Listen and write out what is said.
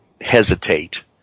hesitate